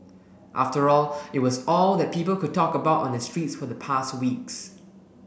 after all it was all that people could talk about on the streets for the past weeks